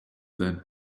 that